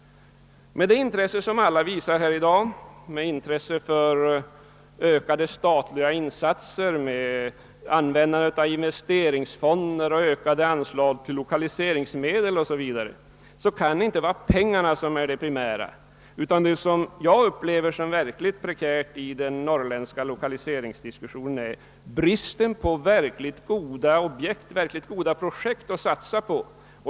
Med det intresse som alla visat här i dag för ökade statliga insatser, för användande av investeringsfonder och för ökade anslag till lokaliseringspolitiken kan det inte vara pengarna som är det primära. Det som jag upplever såsom verkligt prekärt i den norrländska lokaliseringsdiskussionen är bristen på verkligt goda projekt att satsa på.